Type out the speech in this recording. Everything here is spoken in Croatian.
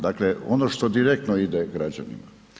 Dakle ono što direktno ide građanima.